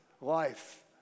life